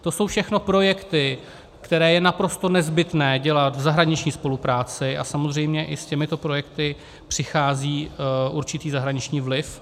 To jsou všechno projekty, které je naprosto nezbytné dělat v zahraniční spolupráci, a samozřejmě i s těmito projekty přichází určitý zahraniční vliv.